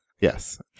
Yes